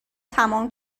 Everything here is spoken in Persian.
تمام